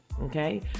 Okay